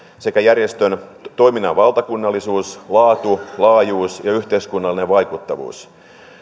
sekä järjestön toiminnan valtakunnallisuus laatu laajuus ja yhteiskunnallinen vaikuttavuus